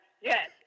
Yes